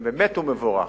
באמת הוא מבורך,